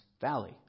valley